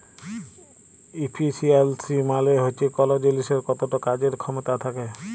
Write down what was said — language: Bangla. ইফিসিয়ালসি মালে হচ্যে কল জিলিসের কতট কাজের খ্যামতা থ্যাকে